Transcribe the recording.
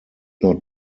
not